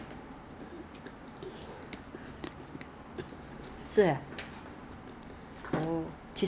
ingredients plus of course a little bit of the dead skin of course that 没有 lah 哪里有可能你的 dead skin 那么 !wah! 那个是 crazy